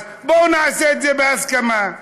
אז בואו נעשה את זה בהסכמה,